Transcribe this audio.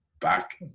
back